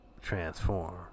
Transform